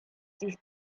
these